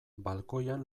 balkoian